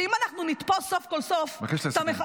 שאם אנחנו נתפוס סוף כל סוף -- אני מבקש לסיים.